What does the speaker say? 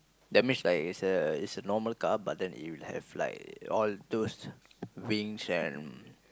that's means like is a is a normal car but then it will have like all those wings and